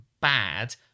bad